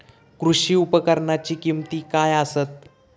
कृषी उपकरणाची किमती काय आसत?